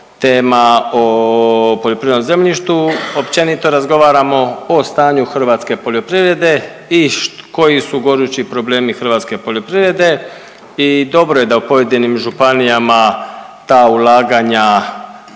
tema o poljoprivrednom zemljištu općenito razgovaramo o stanju hrvatske poljoprivrede i koji su gorući problemi hrvatske poljoprivrede. I dobro je da u pojedinim županijama ta ulaganja